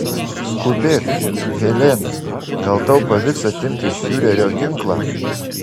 skubėk helena gal tau pavyks atimti iš fiurerio ginklą